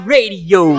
Radio